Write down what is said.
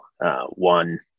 one